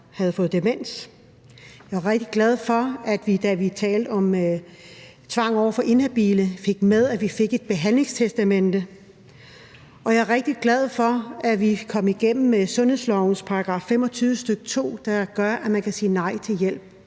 havde fået demens. Jeg var rigtig glad for, at vi, da vi talte om tvang over for inhabile, fik med, at vi fik et behandlingstestamente, og jeg er rigtig glad for, at vi kom igennem med sundhedslovens § 25, stk. 2, der gør, at man kan sige nej til hjælp,